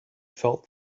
felt